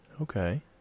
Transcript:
Okay